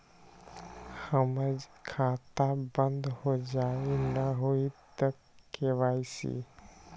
हमर खाता बंद होजाई न हुई त के.वाई.सी?